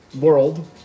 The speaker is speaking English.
World